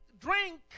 drink